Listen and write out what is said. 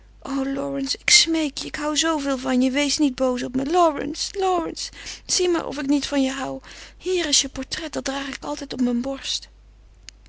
ik smeek je ik hou zoo veel van je wees niet boos op me lawrence lawrence zie maar of ik niet van je hou hier is je portret dat draag ik altijd op mijn borst